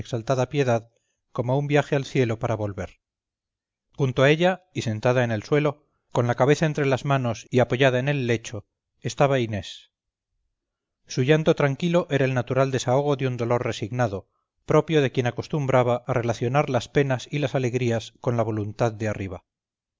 exaltada piedad como un viaje al cielo para volver junto a ella y sentada en el suelo con la cabeza entre las manos y apoyada en el lecho estaba inés su llanto tranquilo era el natural desahogo de un dolor resignado propio de quien acostumbraba a relacionar las penas y las alegrías con la voluntad de arriba